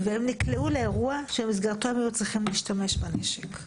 והם נקלעו לאירוע שבמסגרתו הם היו צריכים להשתמש בנשק.